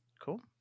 Cool